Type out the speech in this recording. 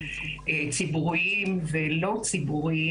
ציבוריים ולא ציבוריים,